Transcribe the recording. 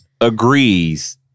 agrees